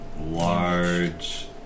Large